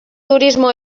turismo